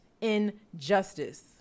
injustice